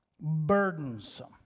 burdensome